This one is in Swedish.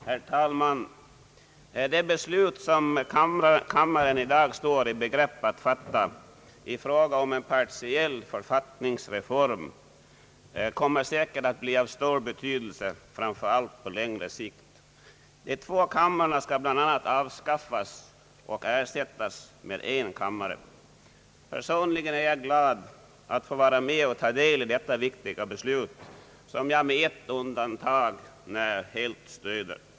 Herr talman! Det beslut som kammaren i dag står i begrepp att fatta i fråga om en partiell författningsreform, kommer säkert att bli av stor betydelse, framför allt på längre sikt. De två kamrarna skall bl.a. avskaffas och ersättas med en kammare. Personligen är jag glad att få vara med och delta i detta viktiga beslut, som jag med ett undantag helt stöder.